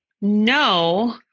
no